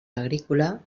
agrícola